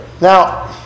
Now